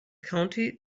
county